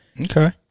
Okay